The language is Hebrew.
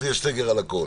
יהיה סגר על הכול.